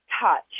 touch